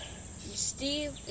Steve